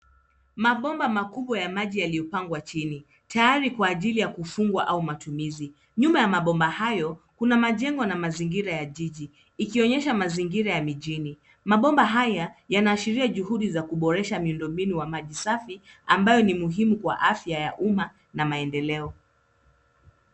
Mabomba makubwa ya maji yaliyopangwa chini tayari kwa ajili ya kufungwa au matumizi. Nyuma ya mabomba hayo kuna majengo na mazingira ya jiji ikionyesha mazingira ya mijini. Mabomba haya yanaashiria juhudi za kuboresha miundombinu wa maji safi ambayo ni muhimu kwa afya ya uma na maendeleo.